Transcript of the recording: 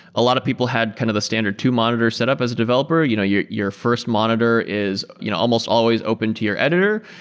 a lot of people had kind of the standard two monitor setup as a developer. you know your your first monitor is you know almost always open to your editor.